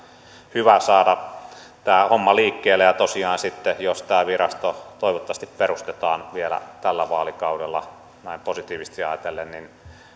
hyvä saada tämä homma liikkeelle ja tosiaan sitten jos tämä virasto toivottavasti perustetaan vielä tällä vaalikaudella näin positiivisesti